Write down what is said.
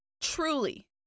Truly